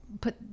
put